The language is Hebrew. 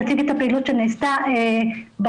יציג את הפעילות שנעשתה ברשות,